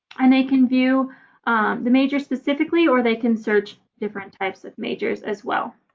and they can view the major specifically or they can search different types of majors as well.